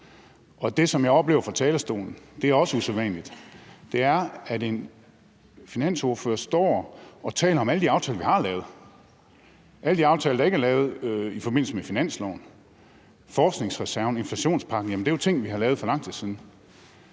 det, som jeg oplever fra talerstolen, er også usædvanligt – det er, at en finansordfører står og taler om alle de aftaler, vi har lavet. Alle de aftaler, der ikke er lavet i forbindelse med finansloven, altså forskningsreserven, inflationspakken, er jo ting, vi har lavet for lang tid siden.